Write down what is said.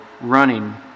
running